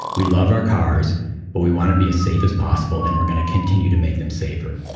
we love our cars but we want to be as safe as possible and we're going to continue to make them safer.